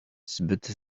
zbyt